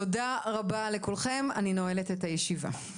תודה רבה לכולכם, אני נועלת את הישיבה.